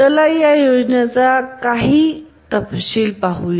चला या योजनेचे आणखी काही तपशील पाहूया